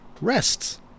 rests